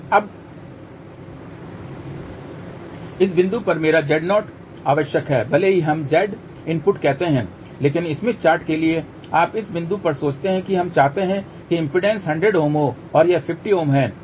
अब इस बिंदु पर मेरा Z0 आवश्यक है भले ही हम Z इनपुट कहते हैं लेकिन स्मिथ चार्ट के लिए आप इस बिंदु पर सोचते हैं कि हम चाहते हैं कि इम्पीडेन्स 100 Ω हो और यह 50 है